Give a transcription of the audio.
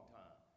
time